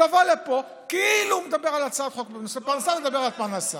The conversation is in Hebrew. לבוא לפה כאילו הוא מדבר הצעת חוק בנושא פרנסה ולדבר על פרנסה?